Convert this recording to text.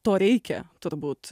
to reikia turbūt